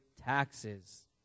taxes